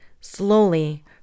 slowly